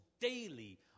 daily